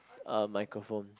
uh microphones